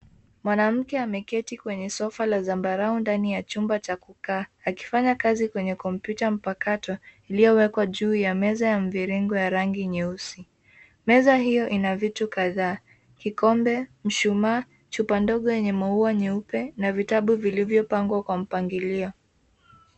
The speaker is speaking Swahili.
Mwanamke ameketi kwenye sofa la zambarau ndani ya chumba cha kukaa akifanya kazi kwenye kompyuta mpakato iliyowekwa juu ya meza ya mviringo ya rangi nyeusi. Meza hiyo ina vitu kadhaa, kikombe, mshumaa, chupa ndogo yenye maua nyeupe na vitabu vilivyopangwa kwa mpangilio.